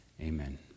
Amen